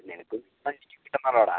നിനക്കും ആ എനിക്കും കിട്ടണമല്ലോടാ